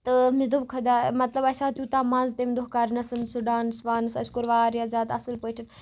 تہٕ مےٚ دۄٛپ خۄدایا مطلب اَسہِ آو تیوتاہ مَزٕ تَمہِ دۄہ کَرنَس سُہ ڈانٕس وانٕس اَسہِ کوٛر واریاہ زیادٕ اصٕل پٲٹھۍ